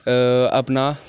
अ अपना